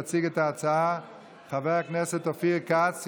יציג את ההצעה חבר הכנסת אופיר כץ,